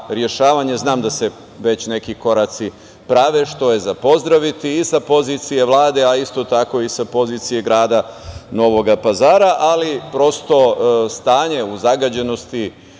da se već neki koraci prave, što je za pozdraviti i sa pozicije Vlade, ali isto tako i sa pozicije grada Novog Pazara, ali prosto stanje u zagađenosti